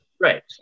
right